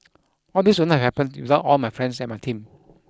all this would not have happened without all my friends and my team